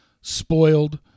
spoiled